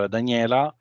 Daniela